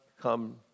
come